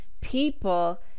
people